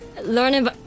learning